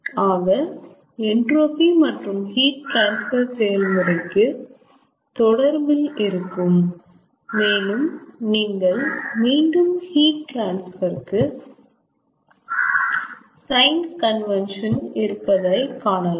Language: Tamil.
ஆக என்ட்ரோபி மற்றும் ஹீட் ட்ரான்ஸ்பர் செயல்முறைக்கு தொடர்பில் இருக்கும் மேலும் நீங்கள் மீண்டும் ஹீட் ட்ரான்ஸ்பர் கு சைன் கன்வென்சன் இருப்பதாய் காணலாம்